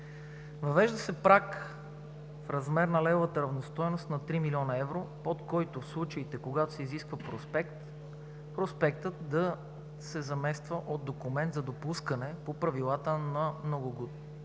Въвежда се праг в размер на левовата равностойност на 3 милиона евро, под който в случаите, когато се изисква проспект, проспектът се замества от документ за допускане по правилата на многостранната